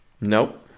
Nope